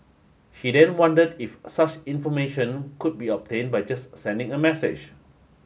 he then wondered if such information could be obtain by just sending a message